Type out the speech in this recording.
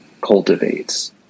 cultivates